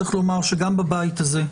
צריך לומר שגם בבית הזה,